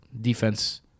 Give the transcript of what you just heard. defense